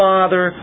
Father